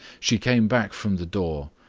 she came back from the door,